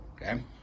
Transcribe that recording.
Okay